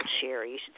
Sherry